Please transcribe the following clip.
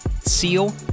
seal